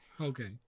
okay